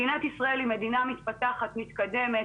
מדינת ישראל היא מדינה מתפתחת ומתקדמת,